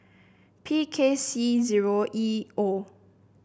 P K C zero E O